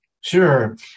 Sure